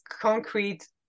concrete